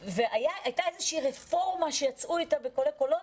הייתה איזושהי רפורמה שיצאו איתה בקולי קולות,